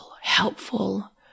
helpful